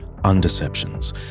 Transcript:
undeceptions